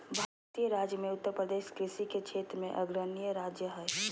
भारतीय राज्य मे उत्तरप्रदेश कृषि के क्षेत्र मे अग्रणी राज्य हय